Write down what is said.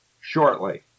shortly